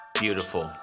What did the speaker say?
Beautiful